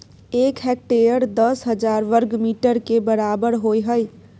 एक हेक्टेयर दस हजार वर्ग मीटर के बराबर होय हय